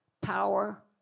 power